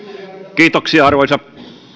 kiitoksia arvoisa